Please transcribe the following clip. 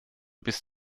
bist